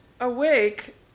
awake